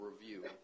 review –